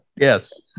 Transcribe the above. Yes